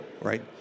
right